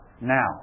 now